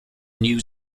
new